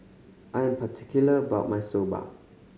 I am particular about my Soba